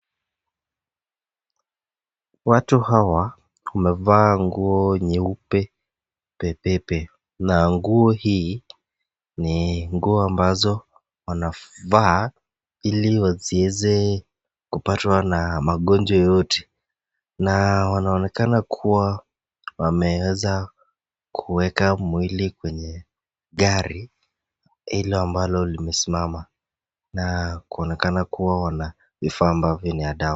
Watu hawa wamevaa nguo nyeupe pepepe na nguo hii ni nguo ambazo wanavaa ili waziweze kupatwa na magonjwa yoyote na wanaonekana kuwa wameweza kuweka mwili kwenye gari hilo ambalo limesimama na kuonekana kuwa wana vifaa ambavyo ni ya dawa.